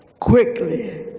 quickly.